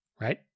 right